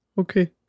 Okay